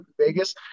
Vegas